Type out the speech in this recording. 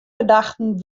gedachten